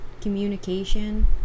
Communication